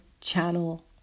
channel